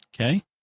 Okay